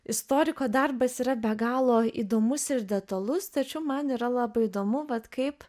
istoriko darbas yra be galo įdomus ir detalus tačiau man yra labai įdomu vat kaip